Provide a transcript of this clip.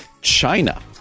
China